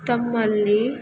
ತಮ್ಮಲ್ಲಿ